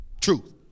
Truth